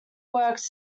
works